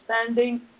understanding